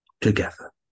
together